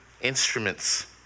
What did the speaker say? instruments